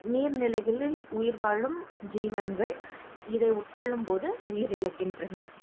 நீர்நிலைகளில் உயிர்வாழும் ஜீவன்கள் இதை உட்கொள்ளும் போது உயிர் இழக்கின்றன